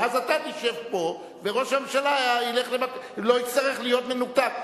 ואז אתה תשב פה וראש הממשלה לא יצטרך להיות מנותק.